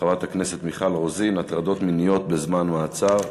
של חברת הכנסת מיכל רוזין: הטרדות מיניות בזמן מעצר.